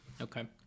Okay